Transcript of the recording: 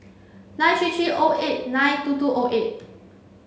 nine three three O eight nine two two O eight